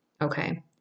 Okay